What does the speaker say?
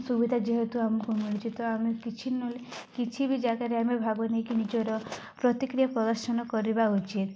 ସୁବିଧା ଯେହେତୁ ଆମକୁ ମିଳୁଛି ତ ଆମେ କିଛି ନହେଲେ କିଛି ବି ଜାଗାରେ ଆମେ ଭାବୁନି କି ନିଜର ପ୍ରତିକ୍ରିୟା ପ୍ରଦର୍ଶନ କରିବା ଉଚିତ